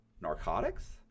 narcotics